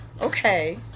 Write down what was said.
okay